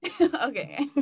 Okay